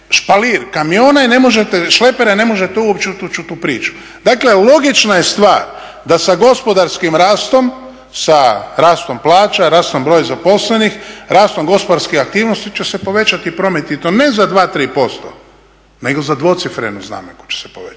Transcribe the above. špalir kamiona i ne možete, šlepera i ne možete uopće ući u tu priču. Dakle, logična je stvar da sa gospodarskim rastom, sa rastom plaća, rastom broja zaposlenih, rastom gospodarskih aktivnosti će se povećati promet i to ne za dva, tri posto, nego za dvocifrenu znamenku će se povećati.